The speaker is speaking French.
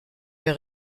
mes